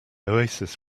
oasis